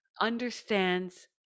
understands